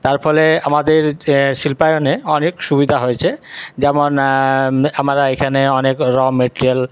তার ফলে আমাদের শিল্পায়নে অনেক সুবিধা হয়েছে যেমন আমরা এখানে অনেক র মেটিরিয়াল